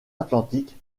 atlantique